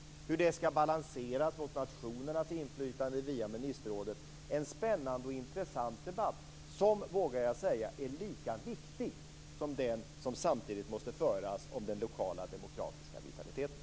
Hur skall det balanseras mot nationernas inflytande via ministerrådet? Det är en spännande och intressant debatt som, vågar jag säga, är lika viktig som den som samtidigt måste föras om den lokala demokratiska vitaliteten.